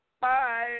Bye